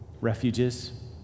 refuges